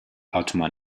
ottoman